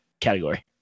category